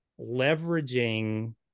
leveraging